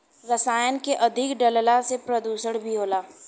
रसायन के अधिक डलला से प्रदुषण भी होला